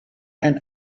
ein